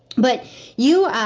but you.